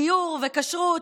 גיור וכשרות,